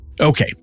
Okay